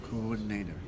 coordinator